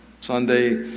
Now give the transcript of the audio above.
Sunday